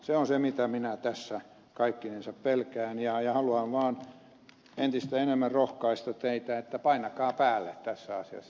se on se mitä minä tässä kaikkinensa pelkään ja haluan vaan entistä enemmän rohkaista teitä että painakaa päälle tässä asiassa